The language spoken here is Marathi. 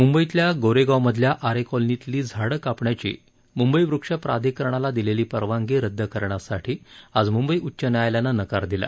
मुंबईतल्या गोरेगावमधल्या आरे कॉलनीतली झाडं कापण्याची मुंबई मेट्रो रेल प्राधिकरणाला दिलेली परवानगी रद्द करण्यासाठी मुंबई उच्च न्यायालयानं आज नकार दिला